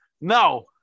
No